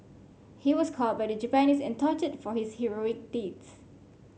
he was caught by the Japanese and tortured for his heroic deeds